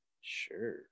sure